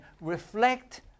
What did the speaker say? reflect